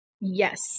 Yes